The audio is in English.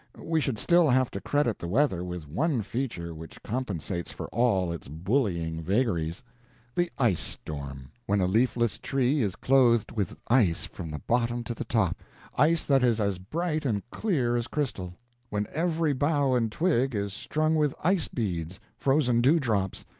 we should still have to credit the weather with one feature which compensates for all its bullying vagaries the ice-storm when a leafless tree is clothed with ice from the bottom to the top ice that is as bright and clear as crystal when every bough and twig is strung with ice-beads, frozen dewdrops,